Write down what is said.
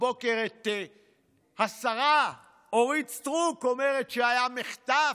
הבוקר את השרה אורית סטרוק אומרת שהיה מחטף,